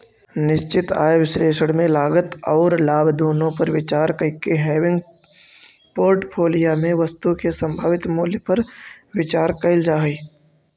निश्चित आय विश्लेषण में लागत औउर लाभ दुनो पर विचार कईके हेविंग पोर्टफोलिया में वस्तु के संभावित मूल्य पर विचार कईल जा हई